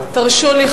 תרשו לי,